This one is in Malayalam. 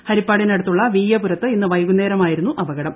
ഹരിപ്പാടിന് അടുത്തുള്ള വീയപുരത്ത് ഇന്ന് വൈകുന്നേരമായിരുന്നു അപകടം